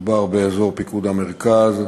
מדובר באזור פיקוד המרכז,